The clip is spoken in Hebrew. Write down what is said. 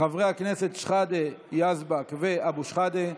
חברי הכנסת שחאדה, יזבק ואבו שחאדה.